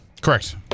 Correct